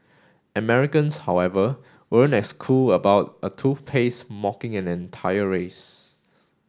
Americans however weren't as cool about a toothpaste mocking an entire race